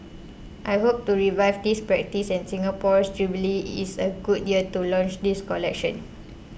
I hope to revive this practice and Singapore's jubilee is a good year to launch this collection